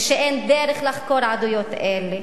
ושאין דרך לחקור עדויות אלה,